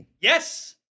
yes